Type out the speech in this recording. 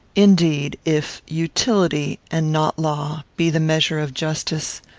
indeed, if utility, and not law, be the measure of justice,